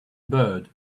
bird